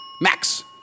Max